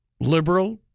liberal